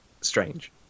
strange